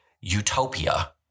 Utopia